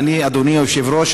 אדוני היושב-ראש,